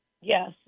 yes